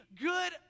good